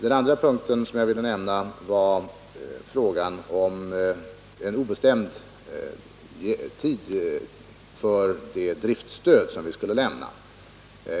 Den andra punkt jag vill nämna är frågan om en obestämd tid för det driftstöd som vi skulle lämna.